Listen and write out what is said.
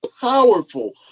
powerful